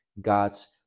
God's